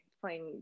playing